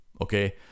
okay